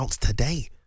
today